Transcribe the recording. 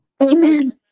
Amen